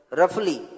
roughly